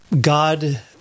God